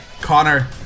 Connor